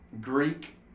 Greek